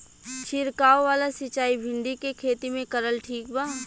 छीरकाव वाला सिचाई भिंडी के खेती मे करल ठीक बा?